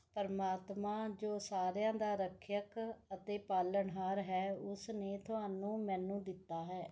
ਪ੍ਰਮਾਤਮਾ ਜੋ ਸਾਰਿਆਂ ਦਾ ਰੱਖਿਅਕ ਅਤੇ ਪਾਲਣਹਾਰ ਹੈ ਉਸ ਨੇ ਤੁਹਾਨੂੰ ਮੈਨੂੰ ਦਿੱਤਾ ਹੈ